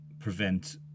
prevent